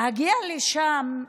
להגיע לשם,